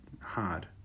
hard